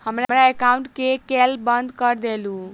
हमरा एकाउंट केँ केल बंद कऽ देलु?